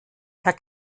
herr